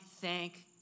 thank